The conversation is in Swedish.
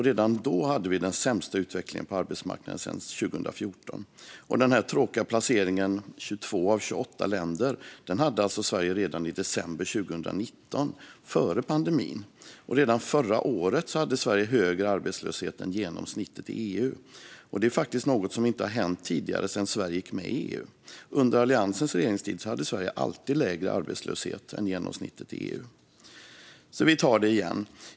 Redan då hade vi den sämsta utvecklingen på arbetsmarknaden sedan 2014. Den tråkiga placeringen, 22 av 28 länder, hade Sverige alltså redan i december 2019, före pandemin. Redan förra året hade Sverige högre arbetslöshet än genomsnittet i EU. Det har inte hänt sedan Sverige gick med i EU. Under Alliansens regeringstid hade Sverige alltid lägre arbetslöshet än genomsnittet i EU. Vi tar det igen.